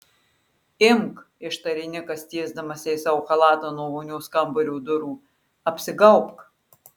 imk ištarė nikas tiesdamas jai savo chalatą nuo vonios kambario durų apsigaubk